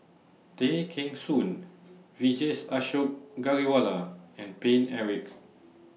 Tay Kheng Soon Vijesh Ashok Ghariwala and Paine Eric